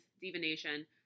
divination